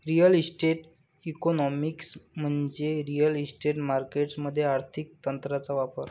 real estate economics म्हणजे real estate markets मध्ये आर्थिक तंत्रांचा वापर